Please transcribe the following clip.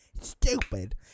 stupid